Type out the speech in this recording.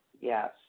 Yes